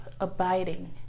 abiding